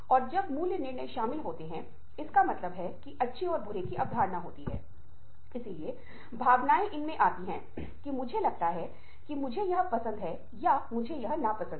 इस प्रक्रिया में क्या होता है कि अधिकांश छात्र बहुत अच्छे श्रोता बन जाते हैं और कुछ इतने अच्छे श्रोता नहीं बन पाते